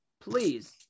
please